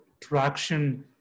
traction